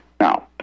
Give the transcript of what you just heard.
Now